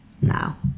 now